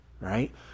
right